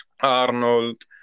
Arnold